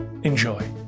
Enjoy